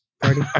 Party